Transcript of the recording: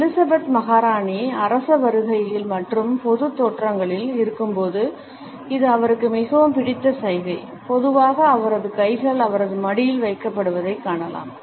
Elizabeth மகாராணி அரச வருகைகள் மற்றும் பொது தோற்றங்களில் இருக்கும்போது இது அவருக்கு மிகவும் பிடித்த சைகை பொதுவாக அவரது கைகள் அவரது மடியில் வைக்கப்படுவதைக் காணலாம்